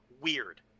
weird